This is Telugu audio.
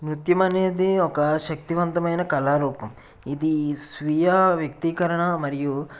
నృత్యం అనేది ఒక శక్తివంతమైన కళారూపం ఇది స్వీయ వ్యక్తీకరణ మరియు